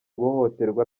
guhohoterwa